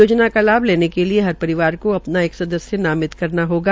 योजना का लाभ लेने के लिये हर परिवार को अपना एक सदस्य नामित करना होगा